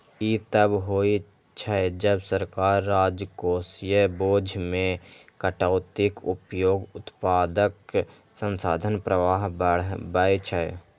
ई तब होइ छै, जब सरकार राजकोषीय बोझ मे कटौतीक उपयोग उत्पादक संसाधन प्रवाह बढ़बै छै